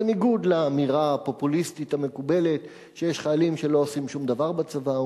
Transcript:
בניגוד לאמירה הפופוליסטית המקובלת שיש חיילים שלא עושים שום דבר בצבא,